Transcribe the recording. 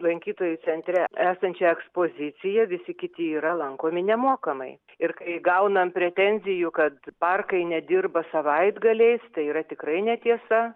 lankytojų centre esančią ekspoziciją visi kiti yra lankomi nemokamai ir kai gaunam pretenzijų kad parkai nedirba savaitgaliais tai yra tikrai netiesa